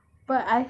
but